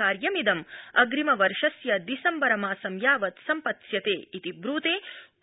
कार्यमिदं अग्रिमवर्षस् दिसम्बरमासं यावत् सम्मपत्स्यते इति ब्र्ते